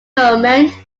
moment